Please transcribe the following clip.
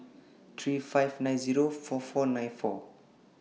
three five nine Zero four four nine four